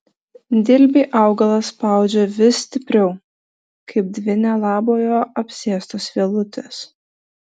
dilbį augalas spaudžia vis stipriau kaip dvi nelabojo apsėstos vielutės